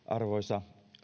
arvoisa